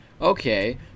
okay